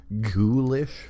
ghoulish